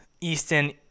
Easton